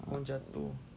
ah oh